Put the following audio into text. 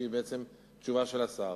שהיא בעצם תשובה של השר,